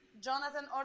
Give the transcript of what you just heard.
Jonathan